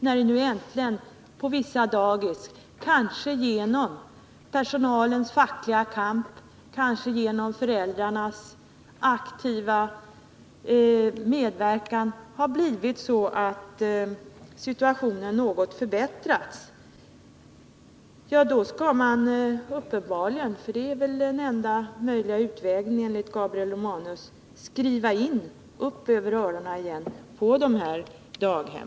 Nu har äntligen på vissa daghem, kanske genom personalens fackliga kamp, kanske genom föräldrarnas aktiva medverkan, situationen något förbättrats. Då skall man uppenbarligen — för det är väl den enda möjliga utvägen enligt Gabriel Romanus — skriva in ”upp över öronen” igen på dessa daghem.